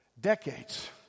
Decades